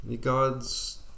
God's